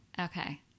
Okay